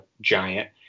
giant